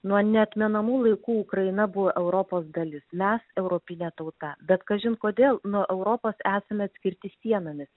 nuo neatmenamų laikų ukraina buvo europos dalis mes europinė tauta bet kažin kodėl nuo europos esame atskirti sienomis